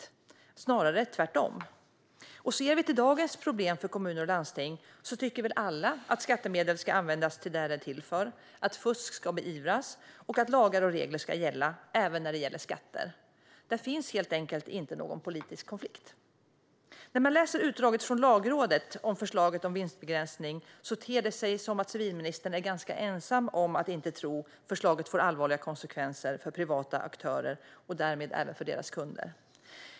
Och sett till dagens problem för kommuner och landsting tycker väl alla att skattemedel ska användas till det som de är till för, att fusk ska beivras och att lagar och regler ska gälla, även när det gäller skatter. Där finns helt enkelt inte någon politisk konflikt. När man läser utdraget från Lagrådet om förslaget om vinstbegränsning ter det sig som att civilministern är ganska ensam om att inte tro att förslaget får allvarliga konsekvenser för privata aktörer och därmed även för deras kunder.